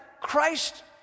Christ